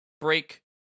break